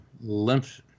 lymph